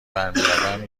برگردم